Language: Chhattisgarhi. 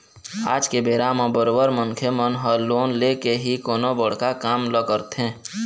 आज के बेरा म बरोबर मनखे मन ह लोन लेके ही कोनो बड़का काम ल करथे